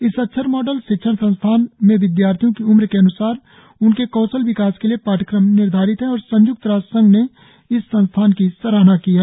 इस अक्षर मॉडल शिक्षण संस्थान में विद्यार्थियों की उम्र के अन्सार उनके कौशल विकास के लिए पाठ्यक्रम निर्धारित है और संयुक्त राष्ट्र संघ ने इस संस्थान की सराहना की है